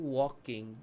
walking